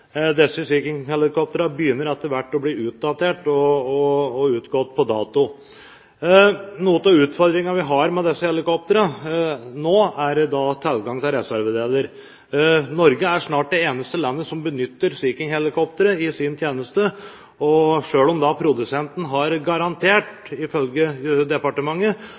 helikoptrene begynner etter hvert å bli utdatert og utgått på dato. Noen av utfordringene vi har med disse helikoptrene nå, er tilgang på reservedeler. Norge er snart det eneste landet som benytter Sea King-helikoptre i sin tjeneste. Selv om produsenten ifølge departementet har garantert